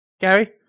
Gary